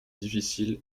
difficile